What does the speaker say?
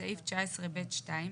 בסעיף 19 (ב') 2,